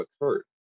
occurred